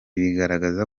bigaragaza